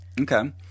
Okay